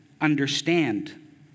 understand